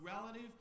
relative